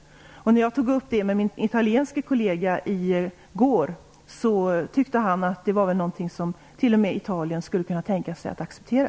När jag tog upp detta med min italienske kollega i går tyckte han att det var något som t.o.m. Italien skulle kunna tänka sig att acceptera.